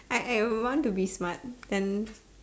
I I would want to be smart then